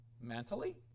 mentally